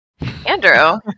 Andrew